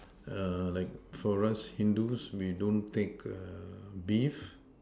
err like for us Hindus we don't take err beef